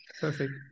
Perfect